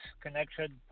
Connection